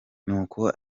n’uko